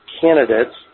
candidates